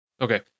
Okay